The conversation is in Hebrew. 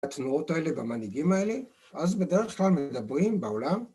התנועות האלה במנהיגים האלה, אז בדרך כלל מדברים בעולם